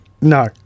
No